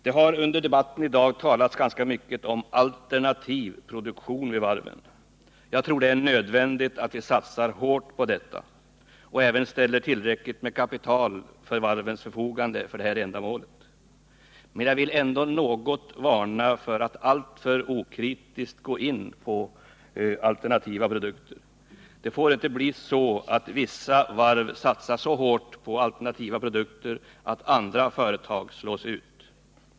Det har under debatten i dag talats ganska mycket om alternativ produktion vid varven. Jag tror det är nödvändigt att vi satsar hårt på detta och även ställer tillräckligt med kapital till varvens förfogande för det ändamålet. Men jag vill ändå något varna för att alltför okritiskt gå in på alternativa produkter. Det får inte bli så att vissa varv satsar så hårt på alternativa produkter att andra företag slås ut.